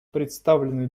представленный